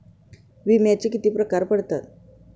विम्याचे किती प्रकार पडतात?